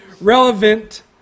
relevant